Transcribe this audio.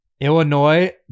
Illinois